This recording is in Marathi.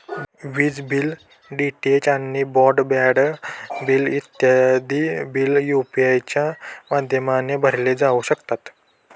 विज बिल, डी.टी.एच आणि ब्रॉड बँड बिल इत्यादी बिल यू.पी.आय च्या माध्यमाने भरले जाऊ शकतात